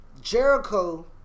Jericho